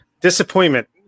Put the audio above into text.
Disappointment